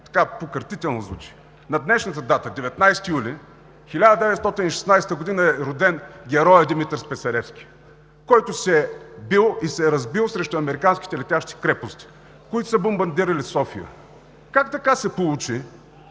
звучи покъртително. На днешната дата – 19 юли 1916 г., е роден героят Димитър Списаревски, който се е бил и се е разбил срещу американските летящи крепости, които са бомбардирали София. Как така се получи,